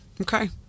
okay